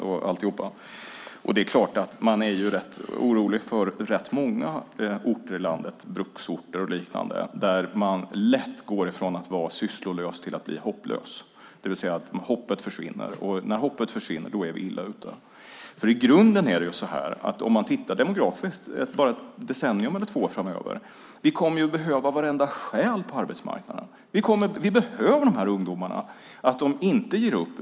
När jag åker runt på det sättet blir jag rätt orolig för rätt många orter i landet - bruksorter och liknande - där man lätt går från att vara sysslolös till att bli hopplös, det vill säga att hoppet försvinner. Och när hoppet försvinner är vi illa ute. Om man tittar demografiskt bara ett decennium eller två framöver är det i grunden så att vi kommer att behöva varenda själ på arbetsmarknaden. Vi behöver de här ungdomarna. De får inte ge upp.